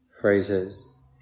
phrases